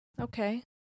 okay